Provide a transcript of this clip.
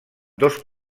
dos